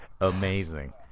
amazing